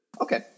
Okay